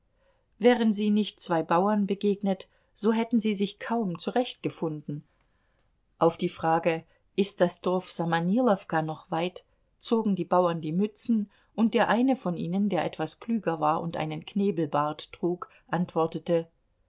wären sie nicht zwei bauern begegnet so hätten sie sich kaum zurechtgefunden auf die frage ist das dorf samanilowka noch weit zogen die bauern die mützen und der eine von ihnen der etwas klüger war und einen knebelbart trug antwortete